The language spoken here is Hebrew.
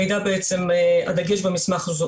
המידע , הדגש במסמך הזה,